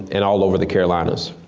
and all over the carolinas.